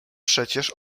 przecież